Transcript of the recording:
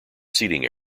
seating